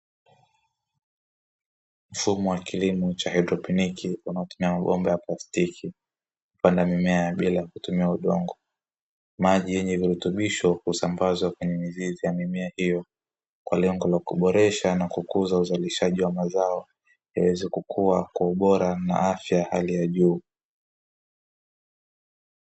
Mfumo wa kilimo cha haidroponiki unaotumia mabomba ya plastiki kupanda mimea bila kutumia udongo, maji yenye virutubisho husambazwa kwenye mizizi ya mimea hiyo kwa lengo la kuboresha na kukuza uzalishaji wa mazao yaweze kukua kwa ubora na afya ya hali ya juu.